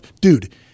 Dude